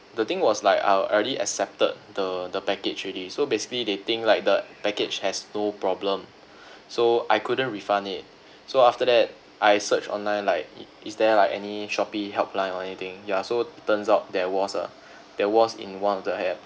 the thing was like I I already accepted the the package already so basically they think like the package has no problem so I couldn't refund it so after that I searched online like is there like any Shopee helpline or anything ya so it turns out there was a there was in one of the hel~